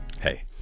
hey